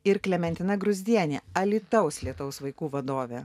ir klementina gruzdienė alytaus lietaus vaikų vadovė